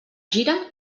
gira